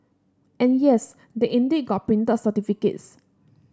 and yes they indeed got printed certificates